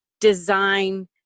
design